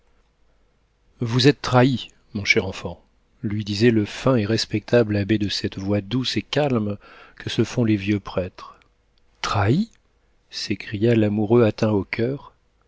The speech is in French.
vous êtes trahi mon cher enfant lui disait le fin et respectable abbé de cette voix douce et calme que se font les vieux prêtres trahi s'écria l'amoureux atteint au coeur